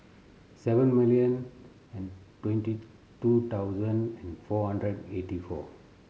seven million and twenty two thousand and four hundred eighty four